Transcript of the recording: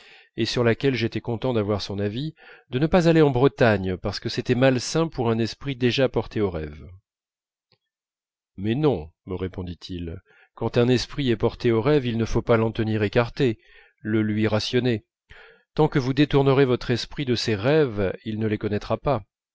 et sur laquelle j'étais content d'avoir son avis de ne pas aller en bretagne parce que c'était malsain pour un esprit déjà porté au rêve mais non me répondit-il quand un esprit est porté au rêve il ne faut pas l'en tenir écarté le lui rationner tant que vous détournerez votre esprit de ses rêves il ne les connaîtra pas